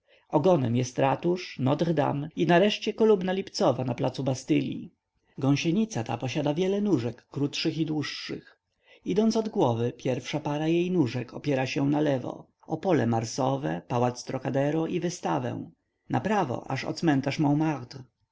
ogonem jest ratusz notre-dame i nareszcie kolumna lipcowa na placu bastylli gąsienica ta posiada wiele nóżek krótszych i dłuższych idąc od głowy pierwsza para jej nóżek opiera się nalewo o pole marsowe pałac trocadero i wystawę naprawo aż o cmentarz